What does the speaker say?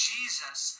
Jesus